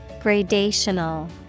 Gradational